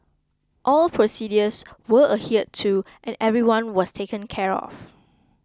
all procedures were adhered to and everyone was taken care of